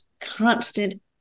constant